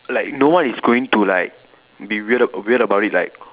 like no one is going to like be weird weird about it like